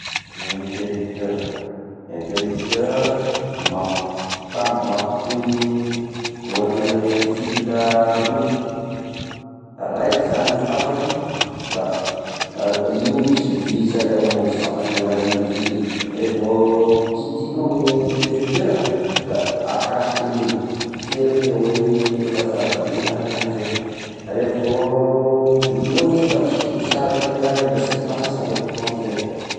Ny interipteur ah, interipteur mampita- mampitohy borne ny fil ah roy, raiky izagny mitapaky da io misy vy izay amignao sy fantako gny agnaran'igny vy igny, revo kitignao ny interipteur ah da akasikin'igny, fermer hoy vazaha tamy niagnara tany izay, revo vogninao izy da mi- misaraky igny raha igny da sa mipasy asy ny courant amizay.